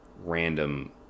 random